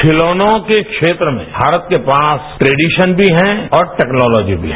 खिलौनों के बेत्र में भारत के पास क्रोडिशन भी है और टेक्नोलॉजी भी है